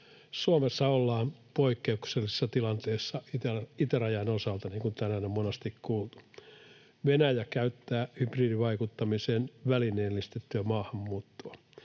Suomessa ollaan poikkeuksellisessa tilanteessa itärajan osalta, niin kuin tänään on monasti kuultu. Venäjä käyttää hybridivaikuttamiseen välineellistettyä maahanmuuttoa.